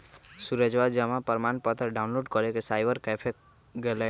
सूरजवा जमा प्रमाण पत्र डाउनलोड करे साइबर कैफे गैलय